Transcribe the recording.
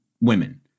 women